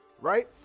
right